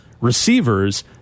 receivers